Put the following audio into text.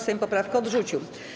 Sejm poprawkę odrzucił.